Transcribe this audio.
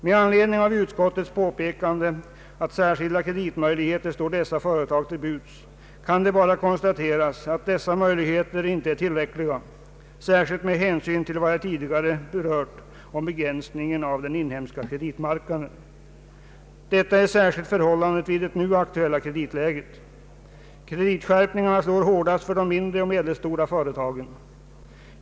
Med anledning av utskottets påpekande att särskilda kreditmöjligheter står dessa företag till buds kan det endast konstateras att dessa möjligheter Ang. den ekonomiska politiken, m.m. icke är tillräckliga, särskilt med hänsyn till vad jag tidigare anfört om begränsningen på den inhemska kreditmarknaden. Detta är specielit aktuellt i det nuvarande kreditläget, Kreditskärpningarna slår hårdast för de mindra och medelstora företagen.